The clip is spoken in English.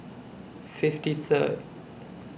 fifty Third